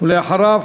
ואחריו,